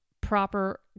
proper